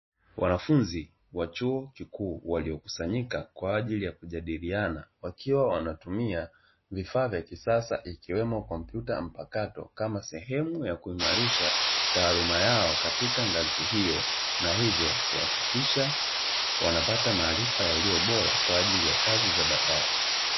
Wanafunzi wa chuo kikuu waliokusanyika kwa ajili ya kujadiliana, wakiwa wanatumia vifaa vya kisasa ikiwemo kompyuta mpakato kama sehemu ya kuimarisha taaluma yao katika ngazi hiyo, na hivyo kuhakikisha wanapata maarifa yaliyo bora kwa ajili ya kazi za baadaye.